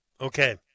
Okay